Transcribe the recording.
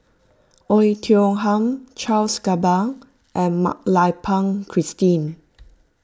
Oei Tiong Ham Charles Gamba and Mak Lai Peng Christine